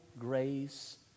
grace